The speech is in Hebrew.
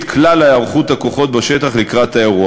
כלל היערכות הכוחות בשטח לקראת האירוע.